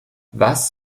was